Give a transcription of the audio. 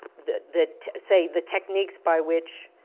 the, that, say the techniques by which